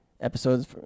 episodes